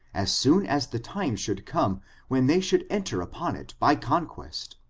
as soon as the time should come when they should enter upon it by conquest.